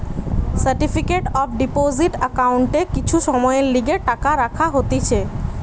certificate of deposit একাউন্টে কিছু সময়ের লিগে টাকা রাখা হতিছে